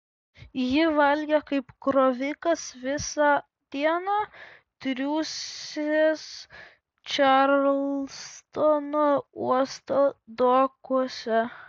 ji valgė kaip krovikas visą dieną triūsęs čarlstono uosto dokuose